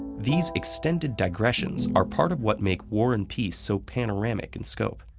these extended digressions are part of what make war and peace so panoramic in scope.